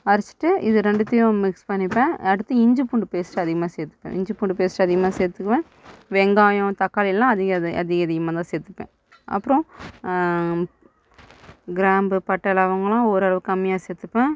அரைச்சிட்டு இது ரெண்டுத்தையும் மிக்ஸ் பண்ணிப்பேன் அடுத்து இஞ்சிப்பூண்டு பேஸ்ட்டு அதிகமாக சேர்த்துப்பேன் இஞ்சிப்பூண்டு பேஸ்ட்டு அதிகமாக சேர்த்துக்குவேன் வெங்காயம் தக்காளி எல்லாம் அதிக அதிக அதிகமாக தான் சேர்த்துப்பேன் அப்புறோம் கிராம்பு பட்டை லவங்கெல்லாம் ஓரளவு கம்மியாக சேர்த்துப்பேன்